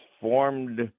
formed